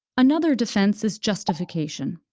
another defense is justification.